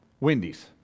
Wendy's